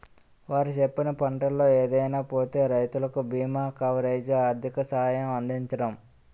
వారు చెప్పిన పంటల్లో ఏదైనా పోతే రైతులకు బీమా కవరేజీ, ఆర్థిక సహాయం అందించడం